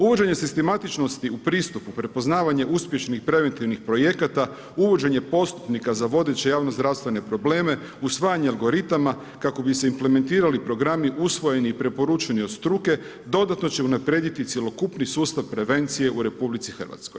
Uvođenje sistematičnosti u pristupu, prepoznavanje uspješnih preventivnih projekata, uvođenje postupnika za vodeće javnozdravstvene probleme, usvajanje algoritama kako bi se implementirali programi usvojeni i preporučeni od struke, dodatno će unaprijediti cjelokupni sustav prevencije u RH.